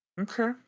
Okay